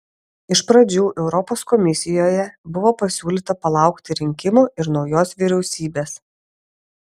iš pradžių europos komisijoje buvo pasiūlyta palaukti rinkimų ir naujos vyriausybės